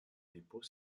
dépôts